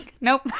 nope